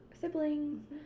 siblings